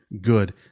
good